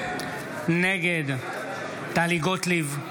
נגד טלי גוטליב,